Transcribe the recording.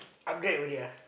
upgrade already ah